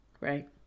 Right